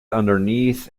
underneath